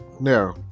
now